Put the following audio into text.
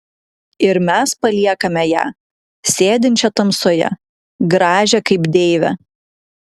ir mes paliekame ją sėdinčią tamsoje gražią kaip deivę